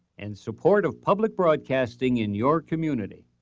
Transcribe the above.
and support of public broadcasting in your community.